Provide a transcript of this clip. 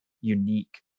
unique